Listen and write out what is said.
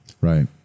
right